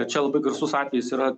čia labai garsus atvejis yra